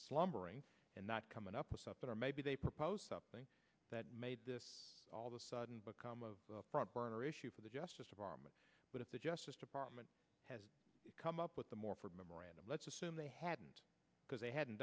slumbering and not coming up with something or maybe they proposed something that made this all the sudden become of front burner issue for the justice department but at the justice department has come up with the more for a memorandum let's assume they hadn't because they hadn't